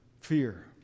fear